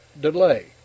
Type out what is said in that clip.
delay